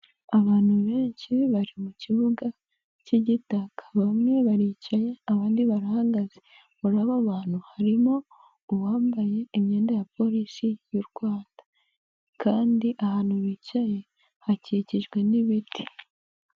Abantu benshi bari mu kibuga cy'igitaka, bamwe baricaye, abandi barahagaze, muri abo bantu harimo uwambaye imyenda ya polisi y'u Rwanda kandi ahantu hicaye hakikijwe n'ibiti.